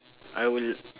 I would